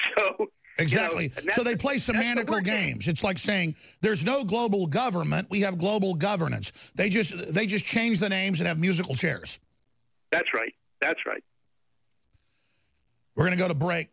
so they play semantic or games it's like saying there's no global government we have global governance they just they just change the names and have musical chairs that's right that's right we're going to go to break